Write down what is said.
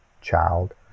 child